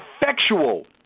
effectual